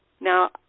Now